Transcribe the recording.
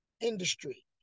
industry